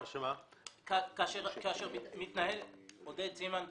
הנוסח שהוצבע עליו היה נוסח שמצד אחד מעביר את סמכות מתן ההחלטה במתן